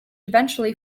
eventually